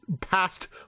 past